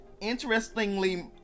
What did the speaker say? interestingly